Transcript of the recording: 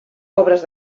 obres